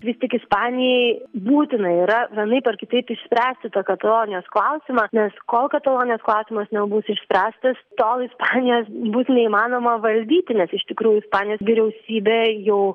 vis tik ispanijai būtinai yra vienaip ar kitaip išspręsti tą katalonijos klausimą nes kol katalonijos klausimas nebus išspręstas tol ispanijos bus neįmanoma valdyti nes iš tikrųjų ispanijos vyriausybė jau